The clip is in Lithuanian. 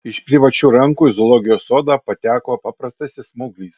iš privačių rankų į zoologijos sodą pateko paprastasis smauglys